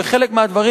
וחלק מהדברים,